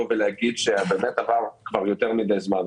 באת עבר יותר מדי זמן.